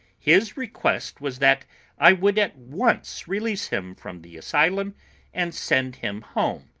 his request was that i would at once release him from the asylum and send him home.